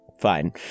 fine